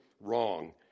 wrong